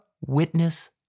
witness